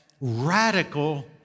radical